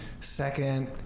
second